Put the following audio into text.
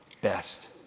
best